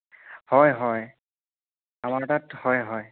হয় হয় আমাৰ তাত হয় হয়